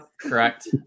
Correct